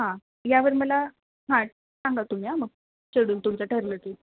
हा यावर मला हां सांगा तुम्ही या मग शेडूल तुमचं ठरलं की